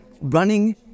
running